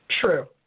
True